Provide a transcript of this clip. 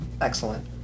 Excellent